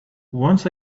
once